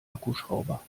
akkuschrauber